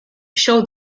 show